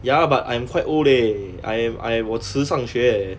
ya but I'm quite old leh I am I am 我迟上学 eh